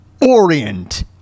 Orient